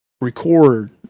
record